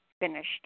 finished